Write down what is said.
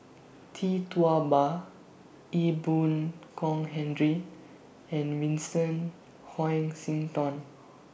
Tee Tua Ba Ee Boon Kong Henry and Vincent Hoisington